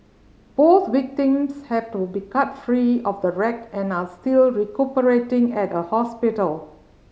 both victims have to be cut free of the wreck and are still recuperating at a hospital